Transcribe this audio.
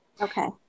Okay